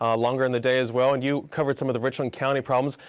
ah longer in the day as well and you covered some of the richland county problems.